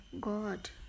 God